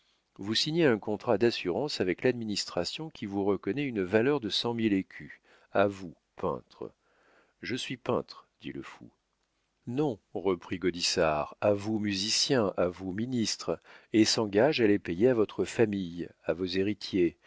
vous signez un contrat d'assurance avec l'administration qui vous reconnaît une valeur de cent mille écus à vous peintre je suis peintre dit le fou non reprit gaudissart à vous musicien à vous ministre et s'engage à les payer à votre famille à vos héritiers